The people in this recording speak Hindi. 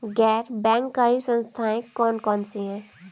गैर बैंककारी संस्थाएँ कौन कौन सी हैं?